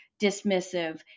dismissive